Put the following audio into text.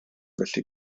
felly